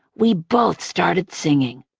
we both started singing.